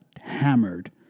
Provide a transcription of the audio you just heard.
hammered